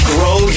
Grow